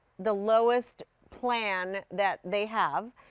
the lowest plan that they have.